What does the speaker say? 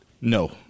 No